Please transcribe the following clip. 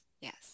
Yes